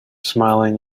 smiling